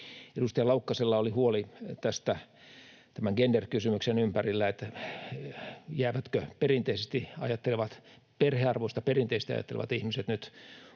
Edustaja Laukkasella oli huoli genderkysymyksen ympärillä, että jäävätkö perhearvoista perinteisesti ajattelevat ihmiset nyt